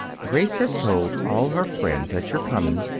grace has told all her friends that you're coming,